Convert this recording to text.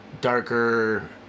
darker